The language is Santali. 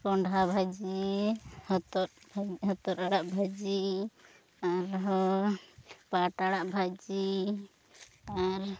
ᱠᱚᱱᱰᱷᱦᱟ ᱵᱷᱟᱹᱡᱤ ᱦᱚᱛᱚᱫ ᱟᱲᱟᱜ ᱵᱷᱟᱹᱡᱤ ᱟᱨ ᱦᱚᱸ ᱯᱟᱴ ᱟᱲᱟᱜ ᱵᱷᱟᱹᱡᱤ ᱟᱨ